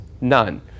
none